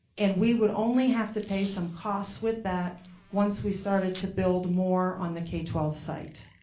and we would only have to pay some costs with that once we started to build more on the k twelve site?